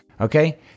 Okay